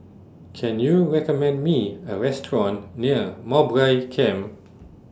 Can YOU recommend Me A Restaurant near Mowbray Camp